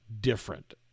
different